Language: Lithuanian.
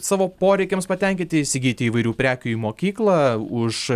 savo poreikiams patenkinti įsigyti įvairių prekių į mokyklą už